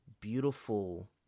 beautiful